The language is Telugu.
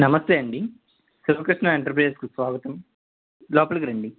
నమస్తే అండి శివక్రిష్ణ ఎంటర్ప్రైజెస్కి స్వాగతం లోపలికి రండి